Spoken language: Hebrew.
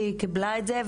והיא קיבלה את זה,